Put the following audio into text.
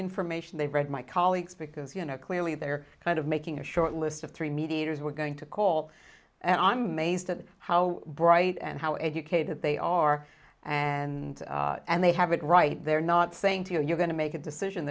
information they've read my colleagues because you know clearly they're kind of making a short list of three mediators we're going to call and i'm mazed that how bright and how educated they are and and they have it right they're not saying to you you're going to make a decision